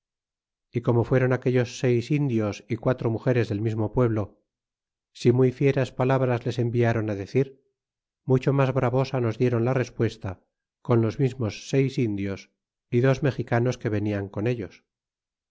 y como fueron aquellos seis indios y quatro mugeres del mismo pueblo si muy fieras palabras les enviáron decir mucho mas bravosa nos dieron la respuesta con los mismos seis indios y dos mexicanos que venian con ellos